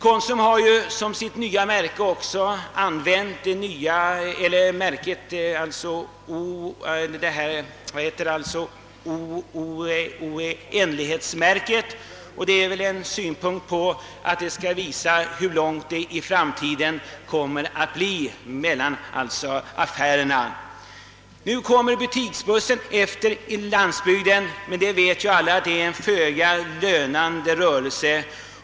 Konsum har ju som sitt nya märke använt oändlighetstecknet. Innebär detta att man vill framhäva hur långt det i framtiden kommer att bli mellan affärerna? Nu kommer visserligen en del affärer att ersättas med butiksbussen, men alla vet att det är en föga lönande rörelse.